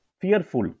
fearful